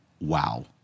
wow